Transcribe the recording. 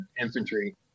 infantry